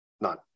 none